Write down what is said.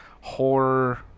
horror